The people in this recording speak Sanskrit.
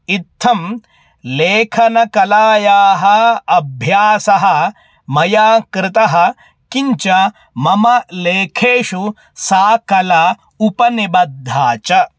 इत्थं लेखनकलायाः अभ्यासः मया कृतः किञ्च मम लेखेषु सा कला उपनिबद्धा च